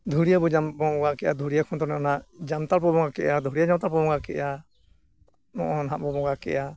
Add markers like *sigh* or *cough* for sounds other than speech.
ᱫᱷᱩᱲᱭᱟᱹ ᱵᱚ ᱡᱟᱢ ᱵᱚᱸᱜᱟ ᱠᱮᱜᱼᱟ ᱫᱷᱩᱲᱭᱟᱹ ᱯᱷᱚᱫᱚᱱ ᱚᱱᱟ ᱡᱟᱱᱛᱷᱟᱲ ᱵᱚ ᱵᱚᱸᱜᱟ ᱠᱮᱜᱼᱟ ᱫᱷᱩᱲᱭᱟᱹ *unintelligible* ᱵᱚᱱ ᱵᱚᱸᱜᱟ ᱜᱮᱜᱼᱟ ᱱᱚᱜᱼᱚᱭ ᱱᱟᱦᱟᱸᱜ ᱵᱚ ᱵᱚᱸᱜᱟ ᱠᱮᱜᱼᱟ